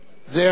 2010,